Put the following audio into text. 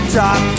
talk